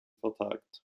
vertagt